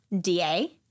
DA